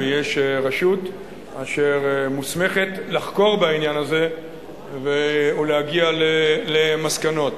יש רשות אשר מוסמכת לחקור בעניין הזה ולהגיע למסקנות.